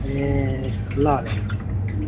ए ल ल ल